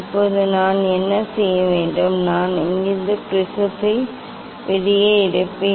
இப்போது நான் என்ன செய்ய வேண்டும் நான் இங்கிருந்து ப்ரிஸத்தை வெளியே எடுப்பேன்